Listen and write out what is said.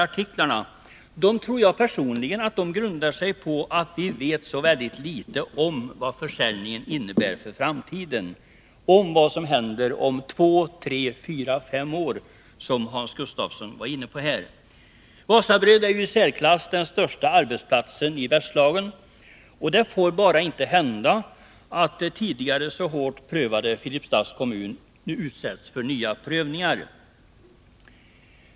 Jag tror personligen att denna oro grundar sig på att vi vet så väldigt litet om vad försäljningen innebär för framtiden, vad som händer om två, tre, fyra eller fem år. Hans Gustafsson var också inne på detta. Wasabröd är den i särklass största arbetsplatsen i Bergslagen, och det får bara inte hända att den tidigare så hårt prövade Filipstads kommun nu utsätts för nya prövningar.